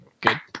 good